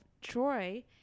troy